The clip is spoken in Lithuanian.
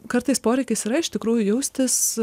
kartais poreikis yra iš tikrųjų jaustis